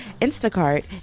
Instacart